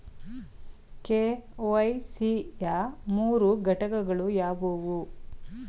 KYC ಯ ಮೂರು ಘಟಕಗಳು ಯಾವುವು?